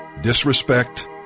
Disrespect